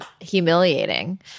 humiliating